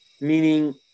meaning